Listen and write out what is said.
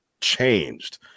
changed